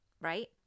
right